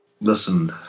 Listen